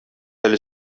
әле